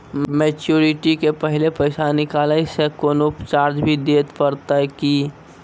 Maturity के पहले पैसा निकालै से कोनो चार्ज भी देत परतै की?